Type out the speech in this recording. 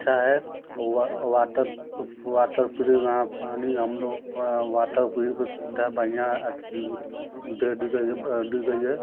अच्छा है वा वाटरप्रू वाटरप्रूफ यहाँ पानी हम लोग वाटरप्रूफ सुविधा बढ़िया दे दी गई दी गई है